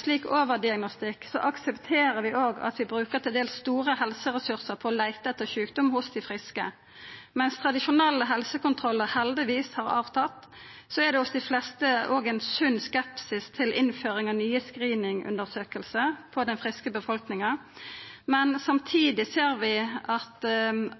slik overdiagnostikk, aksepterer vi òg at vi brukar til dels store helseressursar på å leita etter sjukdom hos dei friske. Mens tradisjonelle helsekontrollar heldigvis har avtatt, er det hos dei fleste ein sunn skepsis til innføring av nye screeningundersøkingar for den friske befolkninga. Samtidig ser vi at